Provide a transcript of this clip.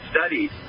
studies